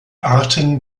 arten